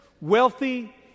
wealthy